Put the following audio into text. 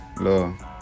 love